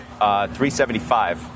375